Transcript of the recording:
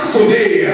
today